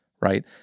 Right